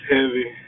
heavy